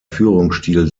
führungsstil